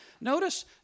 Notice